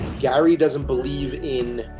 gary doesn't believe in